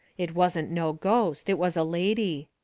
it wasn't no ghost, it was a lady.